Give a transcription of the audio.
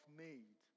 need